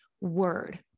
word